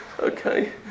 Okay